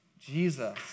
Jesus